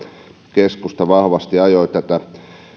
keskusta vahvasti ajoi tätä